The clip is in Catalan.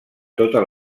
tota